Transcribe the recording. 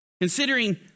Considering